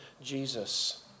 Jesus